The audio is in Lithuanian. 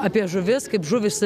apie žuvis kaip žuvys